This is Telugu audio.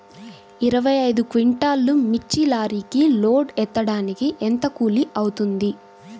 ఇరవై ఐదు క్వింటాల్లు మిర్చి లారీకి లోడ్ ఎత్తడానికి ఎంత కూలి అవుతుంది?